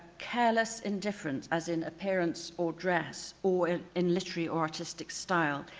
careless indifference as in appearance or dress or in literary or artistic style.